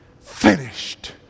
finished